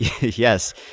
yes